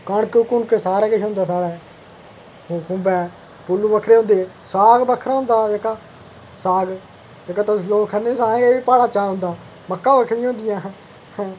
कनक कुनक सारा किश होंदा साढ़ै खुम्बै फुल्ल बक्खरे होंदे साग बक्खरा होंदा जेह्का साग जेह्का साग तुस लोक खन्ने असें बी प्हाड़ा च मक्का बक्खरियां होंदियां